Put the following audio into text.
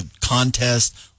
contest